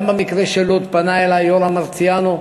במקרה של לוד פנה אלי יורם מרציאנו.